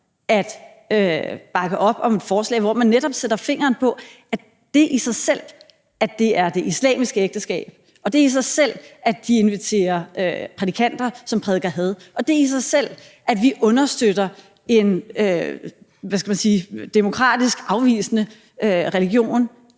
at bakke op om et forslag, hvor man netop sætter fingeren på, at det er det islamiske ægteskab; at de inviterer prædikanter, som prædiker had; at vi understøtter en demokratisk afvisende religion,